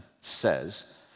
says